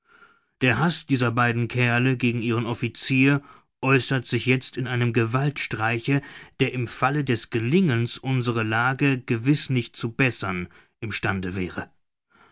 der haß dieser beiden kerle gegen ihren officier äußert sich jetzt in einem gewaltstreiche der im falle des gelingens unsere lage gewiß nicht zu bessern im stande wäre